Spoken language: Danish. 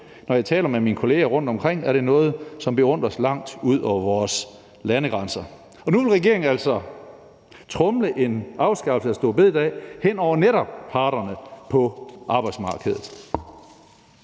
Når jeg taler med mine kolleger rundt omkring, er det noget, som beundres langt ud over vores landegrænser.« Og nu vil regeringen altså tromle en afskaffelse af store bededag igennem hen over netop parterne på arbejdsmarkedet.